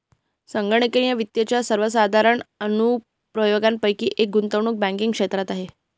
संगणकीय वित्ताच्या सर्वसाधारण अनुप्रयोगांपैकी एक गुंतवणूक बँकिंग क्षेत्रात आहे